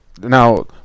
Now